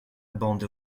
bande